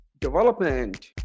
Development